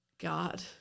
God